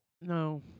No